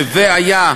אומרת?